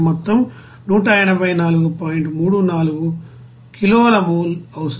34 కిలోల మోల్ అవసరం